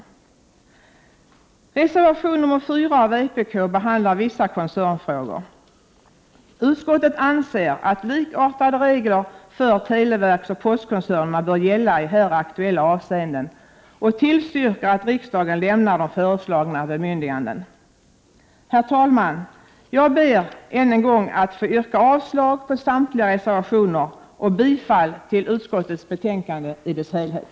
Reservation 4 av vpk behandlar vissa koncernfrågor. Utskottet anser att likartade regler för televerksoch postkoncernerna bör gälla i här aktuella avseenden och tillstyrker att riksdagen lämnar de föreslagna bemyndigandena. Herr talman! Jag ber än en gång att få yrka avslag på samtliga reservationer och bifall till utskottets hemställan i dess helhet.